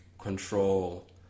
control